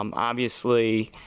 um obviously,